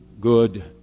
good